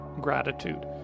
gratitude